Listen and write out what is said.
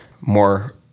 more –